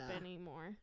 anymore